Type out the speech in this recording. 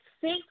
six